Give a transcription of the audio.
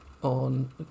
on